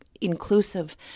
inclusive